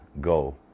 go